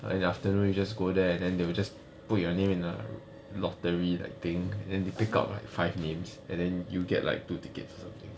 and the afternoon you just go there and then they will just put your name in a lottery like thing and then they pick up like five names and then you'll get like two tickets or something